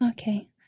Okay